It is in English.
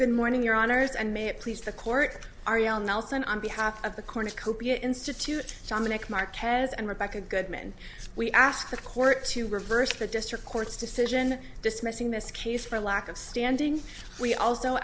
good morning your honour's and may it please the court are ya nelson on behalf of the cornucopia institute dominic marquez and rebecca goodman we ask the court to reverse the district court's decision dismissing this case for lack of standing we also